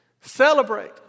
Celebrate